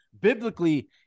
biblically